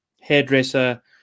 hairdresser